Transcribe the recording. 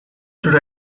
should